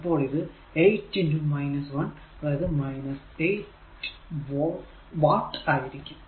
അപ്പോൾ ഇത് 8 1 അതായതു 8 വാട്ട് ആയിരിക്കും